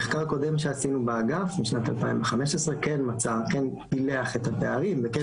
מחקר קודם שעשינו באגף משנת 2015 כן פילח את הפערים וכן